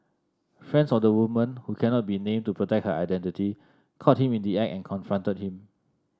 friends of the woman who cannot be named to protect her identity caught him in the act and confronted him